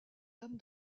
dame